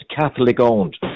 Catholic-owned